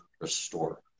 restore